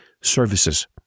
services